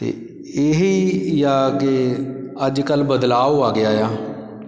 ਅਤੇ ਇਹੀ ਆ ਕਿ ਅੱਜ ਕੱਲ੍ਹ ਬਦਲਾਉ ਆ ਗਿਆ ਆ